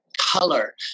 color